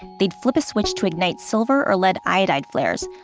they'd flip a switch to ignite silver or lead iodide flares,